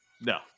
No